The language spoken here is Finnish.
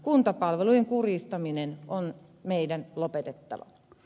kuntapalvelujen kurjistaminen on meidän lopetettava